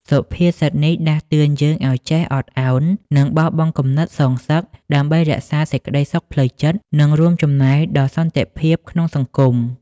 សុភាសិតនេះដាស់តឿនយើងឲ្យចេះអត់ឱន និងបោះបង់គំនិតសងសឹក ដើម្បីរក្សាសេចក្តីសុខផ្លូវចិត្ត និងរួមចំណែកដល់សន្តិភាពក្នុងសង្គម។